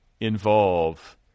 involve